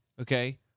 okay